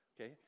okay